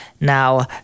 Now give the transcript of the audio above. Now